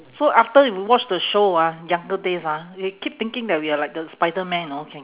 so after you watch the show ah younger days ah we keep thinking that we are like the spiderman know can